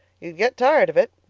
you'd get tired of it,